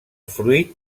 fruit